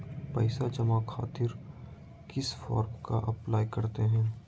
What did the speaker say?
पैसा जमा खातिर किस फॉर्म का अप्लाई करते हैं?